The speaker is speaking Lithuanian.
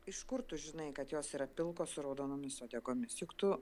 iš kur tu žinai kad jos yra pilkos su raudonomis uodegomis juk tu